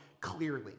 clearly